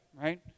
right